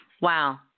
Wow